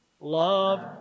Love